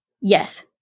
Yes